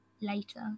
later